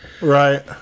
Right